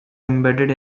embedded